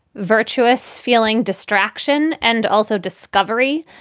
virtuous feeling, distraction and also discovery.